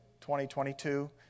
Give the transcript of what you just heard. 2022